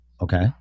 okay